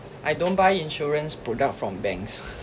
I don't buy insurance product from banks